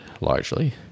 largely